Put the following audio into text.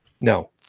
no